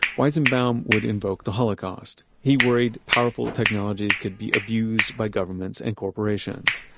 weizenbaum would invoke the holocaust. he worried powerful technologies could be abused by governments and corporations.